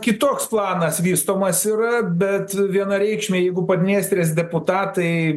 kitoks planas vystomas yra bet vienareikšmiai jeigu padniestrės deputatai